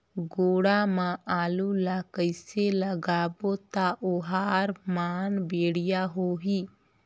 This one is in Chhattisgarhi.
गोडा मा आलू ला कइसे लगाबो ता ओहार मान बेडिया होही?